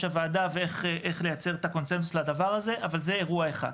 הוועדה ואיך לייצר את הקונצנזוס לדבר הזה אבל זה אירוע אחד.